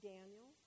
Daniel